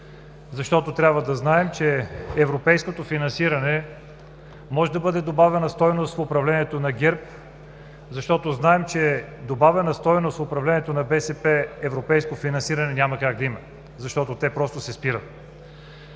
Защото трябва да знаем, че европейското финансиране може да бъде добавена стойност в управлението на ГЕРБ, защото знаем, че добавена стойност в управлението на БСП – европейско финансиране, няма как да има, защото то просто е спирано.